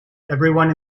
everyone